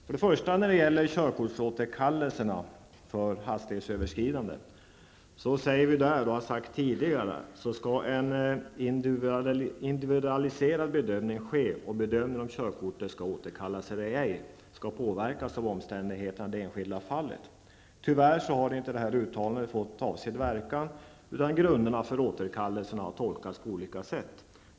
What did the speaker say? Först och främst när det gäller körkortsåterkallelse för hastighetsöverskridande skriver utskottet att det ''måste förutsätta en individualiserad bedömning och att bedömningen i fråga om körkortsspärr och körkortsåterkallelse för hastighetsöverskridande skall kunna och bör påverkas av omständigheterna i det enskilda fallet''. Tyvärr har detta uttalande inte fått avsedd verkan, utan grunderna för återkallelserna har tolkats på olika sätt.